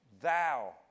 Thou